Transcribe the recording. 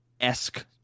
esque